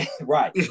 Right